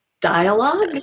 dialogue